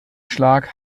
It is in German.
schlag